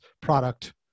product